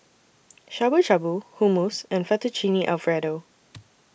Shabu Shabu Hummus and Fettuccine Alfredo